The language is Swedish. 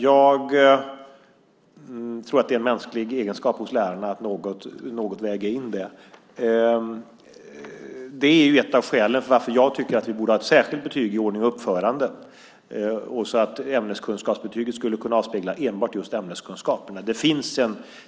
Jag tror att det är en mänsklig egenskap hos lärarna att något väga in det. Det är ett av skälen till att jag tycker att vi borde ha ett särskilt betyg i ordning och uppförande, så att ämneskunskapsbetyget skulle kunna avspegla enbart just ämneskunskaperna.